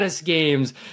games